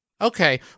Okay